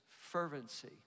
fervency